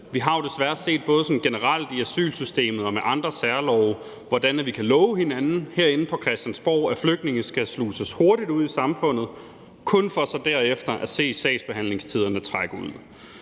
Vi har jo desværre set, både sådan generelt i asylsystemet og med andre særlove, hvordan vi herinde på Christiansborg kan love hinanden, at flygtninge skal sluses hurtigt ud i samfundet, kun for så derefter at se sagsbehandlingstiderne trække ud.